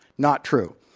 not true.